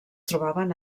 trobaven